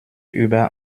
über